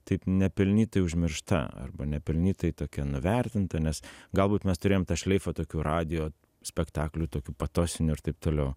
taip nepelnytai užmiršta arba nepelnytai tokia nuvertinta nes galbūt mes turėjom tą šleifą tokių radijo spektaklių tokiu patosinių ir taip toliau